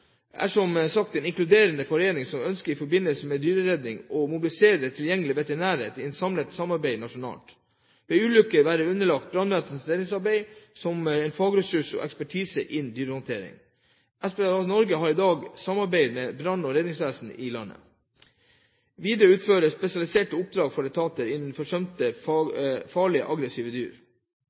er som sagt en inkluderende forening som i forbindelse med dyreredning ønsker å mobilisere tilgjengelige veterinærer i et samlet samarbeid nasjonalt, ved ulykker være underlagt redningsarbeidet til brannvesenet, som en fagressurs med ekspertise innen dyrehåndtering – SPCA Norge har i dag samarbeid med brann- og redningsetaten i landet – videre utføre spesialiserte oppdrag for etater innen forsømte, farlige og aggressive dyr.